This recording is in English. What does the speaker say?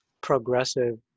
progressive